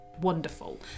wonderful